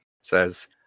says